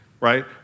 right